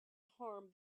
harm